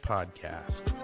Podcast